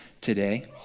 today